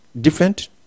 different